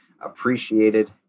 appreciated